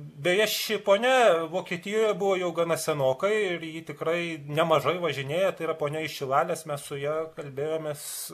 beje ši ponia vokietijoje buvo jau gana senokai ir ji tikrai nemažai važinėja tai yra ponia iš šilalės mes su ja kalbėjomės